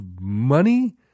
money